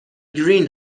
گرین